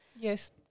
yes